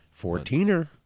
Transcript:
Fourteener